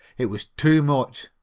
it was too much.